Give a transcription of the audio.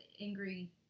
angry